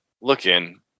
looking